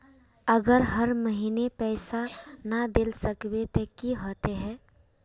अगर हर महीने पैसा ना देल सकबे ते की होते है?